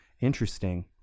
Interesting